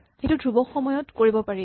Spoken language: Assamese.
এইটো ধ্ৰুৱক সময়ত কৰিব পাৰি